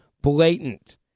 blatant